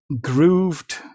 grooved